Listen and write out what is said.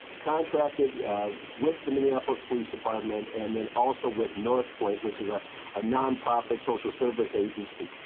contracted with the minneapolis police department and then also with north point which is a a nonprofit social service agency.